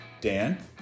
Dan